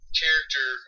character